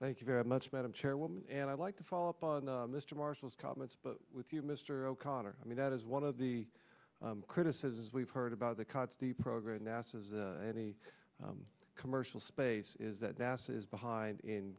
thank you very much madam chairwoman and i'd like to follow up on the mr marshall's comments but with you mr o'connor i mean that is one of the criticisms we've heard about the cuts the program nasa has any commercial space is that gas is behind in